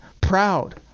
proud